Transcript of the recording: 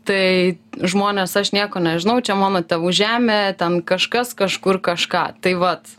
tai žmonės aš nieko nežinau čia mano tėvų žemė ten kažkas kažkur kažką tai vat